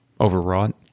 Overwrought